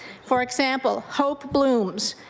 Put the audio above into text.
for example, hope blooms,